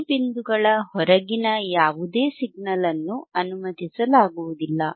ಈ ಬಿಂದುಗಳ ಹೊರಗಿನ ಯಾವುದೇ ಸಿಗ್ನಲ್ ಅನ್ನು ಅನುಮತಿಸಲಾಗುವುದಿಲ್ಲ